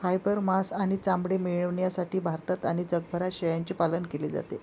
fibre, मांस आणि चामडे मिळविण्यासाठी भारतात आणि जगभरात शेळ्यांचे पालन केले जाते